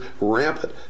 rampant